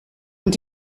und